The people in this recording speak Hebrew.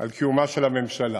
על קיומה של הממשלה.